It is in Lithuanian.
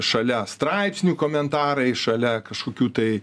šalia straipsnių komentarai šalia kažkokių tai